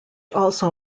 also